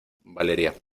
valeria